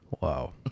Wow